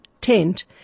tent